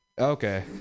Okay